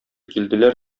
килделәр